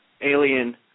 alien